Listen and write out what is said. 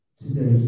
today